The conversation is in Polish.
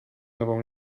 nową